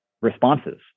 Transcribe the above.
responses